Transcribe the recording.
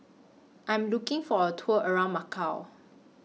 I'm looking For A Tour around Macau